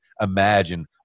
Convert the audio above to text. imagine